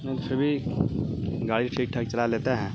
مطلب یہ گاڑی ٹھیک ٹھاک چلا لیتا ہے